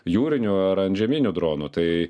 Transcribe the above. jūrinių ar antžeminių dronų tai